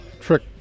trick